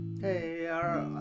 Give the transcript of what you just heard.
Hey